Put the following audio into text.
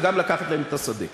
וגם לקחת להם את השדה.